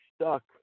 stuck